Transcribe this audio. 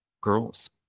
girls